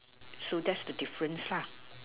so that's the difference lah